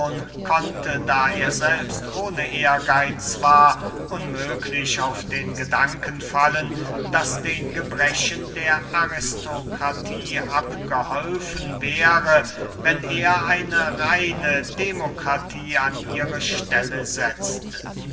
konnte da er selbst ohne ehrgeitz war unmöglich auf den gedanken fallen daß den gebrechen der aristokratie abgeholfen wäre wenn er eine reine demokratie an ihre stelle setzte